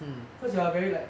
cause you are very like